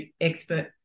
expert